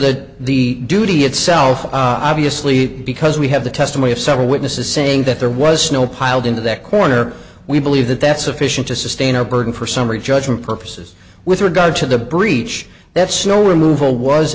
that the duty itself obviously because we have the testimony of several witnesses saying that there was snow piled into that corner we believe that that's sufficient to sustain a burden for summary judgment purposes with regard to the breach that snow removal was